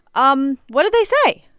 um what did they say?